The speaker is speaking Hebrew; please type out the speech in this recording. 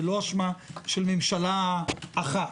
זה לא אשמת ממשלה אחת.